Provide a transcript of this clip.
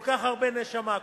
כל כך הרבה נשמה,